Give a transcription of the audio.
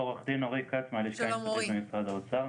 עורך דין אורי כץ מהלשכה המשפטית במשרד האוצר.